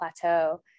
plateau